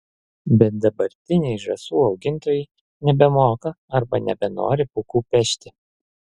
bet dabartiniai žąsų augintojai nebemoka arba nebenori pūkų pešti